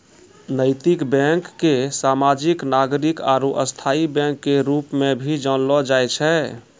नैतिक बैंक के सामाजिक नागरिक आरू स्थायी बैंक के रूप मे भी जानलो जाय छै